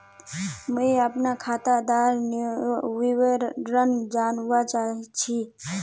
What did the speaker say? मुई अपना खातादार विवरण जानवा चाहची?